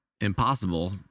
impossible